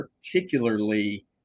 particularly